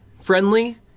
Friendly